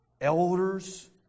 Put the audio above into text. Elders